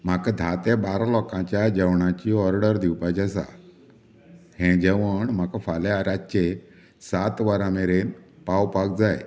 म्हाका धा ते बारा लोकांच्या जेवणाची ऑर्डर दिवपाची आसा हें जेवण म्हाका फाल्यां रातचें सात वरां मेरेन पावपाक जाय